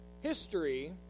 history